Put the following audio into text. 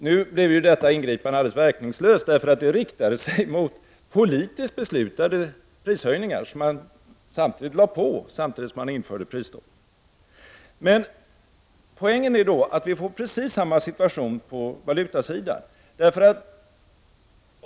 Nu blev detta ingripande helt verkningslöst, då det riktade sig mot politiskt beslutade prishöjningar, som infördes samtidigt som prisstoppet. Poängen är att det är precis samma situation på valutasidan.